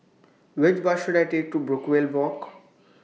Which Bus should I Take to Brookvale Walk